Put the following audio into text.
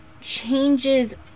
changes